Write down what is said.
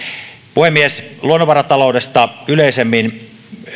puhemies luonnonvarataloudesta yleisemmin